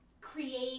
create